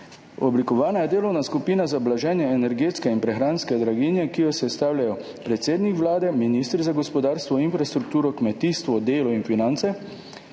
oblikovana je delovna skupina za blaženje energetske in prehranske draginje, ki jo sestavljajo predsednik Vlade, ministri za gospodarstvo, infrastrukturo, kmetijstvo, delo in finance.